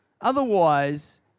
Otherwise